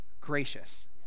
gracious